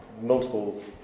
multiple